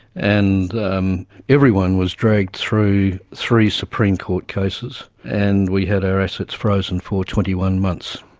and um everyone was dragged through three supreme court cases and we had our assets frozen for twenty one months.